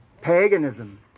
Paganism